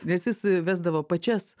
nes jis vesdavo pačias